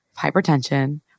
hypertension